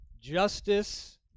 Justice